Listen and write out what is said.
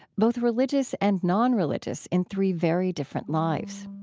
both religious and nonreligious, in three very different lives